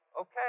okay